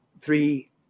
three